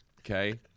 Okay